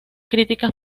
críticas